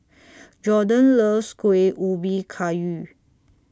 Jorden loves Kuih Ubi Kayu